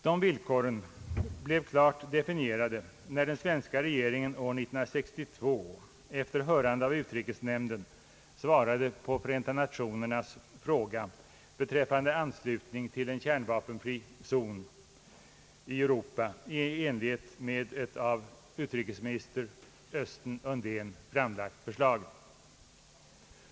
Dessa villkor blev klart definierade, när svenska regeringen år 1962 efter hörande av utrikesnämnden svarade på Förenta nationernas fråga beträffande anslutning till en kärnvapenfri zon i Europa enligt ett av utrikesminister Östen Undén framlagt förslag.